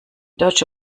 deutsche